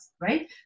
right